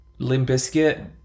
Limbiscuit